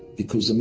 because, i mean,